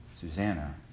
Susanna